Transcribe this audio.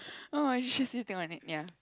oh she sitting on it ya